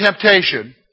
temptation